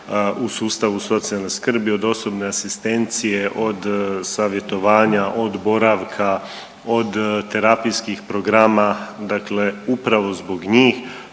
u sustavu socijalne skrbi od osobne asistencije od savjetovanja, od boravka, od terapijskih programa dakle upravo zbog njih